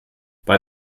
bei